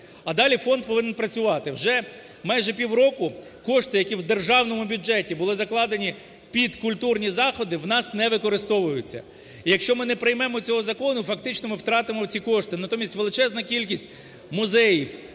а далі фонд повинен працювати. Вже майже півроку кошти, які в державному бюджеті були закладені під культурні заходи в нас не використовуються. І, якщо ми не приймемо цього закону, фактично ми втратимо ці кошти, а натомість величезна кількість музеїв,